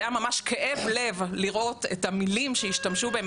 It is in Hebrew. היה ממש כאב לב לראות את המילים שהשתמשו בהן,